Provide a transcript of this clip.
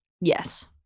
Yes